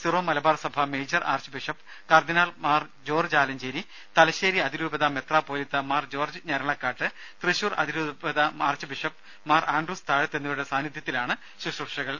Syro Malabar സഭ major archbishop കർദ്ദിനാൾ Mar George Alencherry Thalassery അതിരൂപത മെത്രാപ്പോലീത്ത മാർ ജോർജ്ജ് ഞരളക്കാട്ട് തൃശൂർ അതിരൂപത ആർച്ച് ബിഷപ്പ് മാർ താഴത്ത് എന്നിവരുടെ സാന്നിധ്യത്തിലാണ് ആൻഡ്രൂസ് ശുശ്രൂഷകൾ